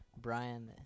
Brian